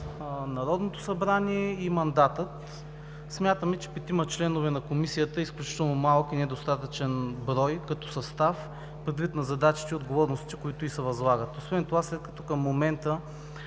Народното събрание и мандатът. Смятаме, че петима членове на Комисията са изключително малко и недостатъчни като брой, като състав, предвид задачите и отговорностите, които й се възлагат. Освен това, след като към момента